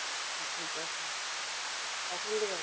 আচ্ছা ঠিক আছে কখন নেবেন